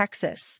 Texas